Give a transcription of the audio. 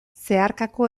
zeharkako